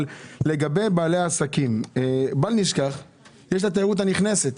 לגבי בעלי עסקים, יש התיירות הנכנסת.